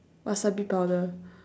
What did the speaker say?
wasabi powder